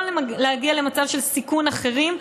לא להגיע למצב של סיכון אחרים.